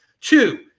Two